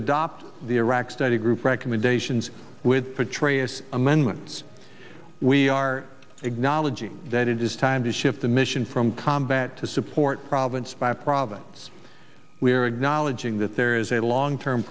adopt the iraq study group recommendations with for trace amendments we are acknowledging that it is time to shift the mission from combat to support province by province we're acknowledging that there is a long term